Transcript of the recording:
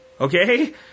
okay